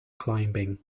climbing